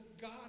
God